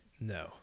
No